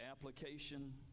application